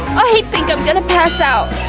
think i'm gonna pass out,